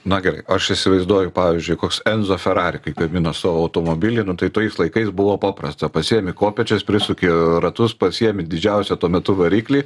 na gerai aš įsivaizduoju pavyzdžiui koks enzo ferrari kai gamino savo automobilį nu tai tais laikais buvo paprasta pasiemi kopėčias prisuki ratus pasiemi didžiausią tuo metu variklį